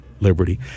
liberty